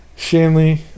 Shanley